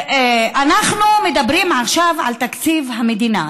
אנחנו מדברים עכשיו על תקציב המדינה,